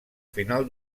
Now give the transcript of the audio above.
final